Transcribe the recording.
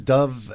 Dove